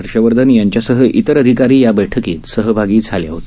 हर्षवर्धन यांच्यासह इतर अधिकारीही या बैठकीत सहभागी झाले होते